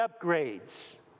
upgrades